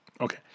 Okay